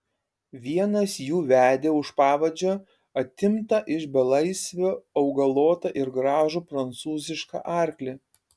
vienas jų vedė už pavadžio atimtą iš belaisvio augalotą ir gražų prancūzišką arklį